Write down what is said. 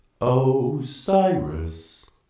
Osiris